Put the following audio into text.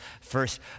first